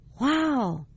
Wow